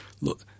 look